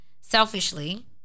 Selfishly